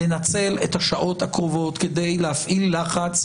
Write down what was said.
לנצל את השעות הקרובות כדי להפעיל לחץ,